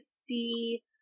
see